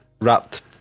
wrapped